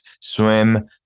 swim